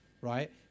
right